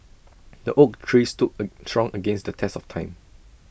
the oak tree stood strong against the test of time